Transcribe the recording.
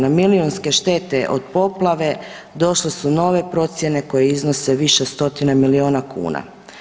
Na milijunske štete od poplave došle su nove procjene koje iznose više stotina miliona kuna.